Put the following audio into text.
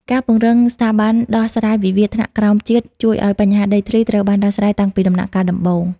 ការពង្រឹងស្ថាប័នដោះស្រាយវិវាទថ្នាក់ក្រោមជាតិ ជួយឱ្យបញ្ហាដីធ្លីត្រូវបានដោះស្រាយតាំងពីដំណាក់កាលដំបូង។